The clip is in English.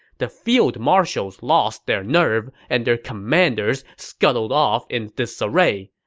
the field marshals lost their nerve, and their commanders scuttled off in disarray.